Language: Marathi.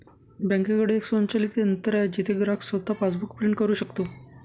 बँकेकडे एक स्वयंचलित यंत्र आहे जिथे ग्राहक स्वतः पासबुक प्रिंट करू शकतो